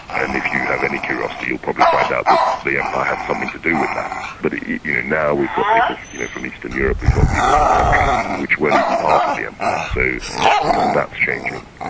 and if you have any curiosity you'll probably find out that the empire had something to do with that. but you know now we've got people you know from eastern europe, we've got people from countries which weren't even part of the empire, so even that's changing.